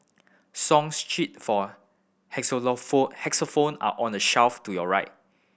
song sheet for xylophone are on the shelf to your right